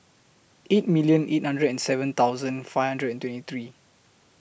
eight million eight hundred and seven thousand five hundred and twenty three